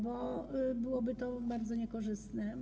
Bo byłoby to bardzo niekorzystne.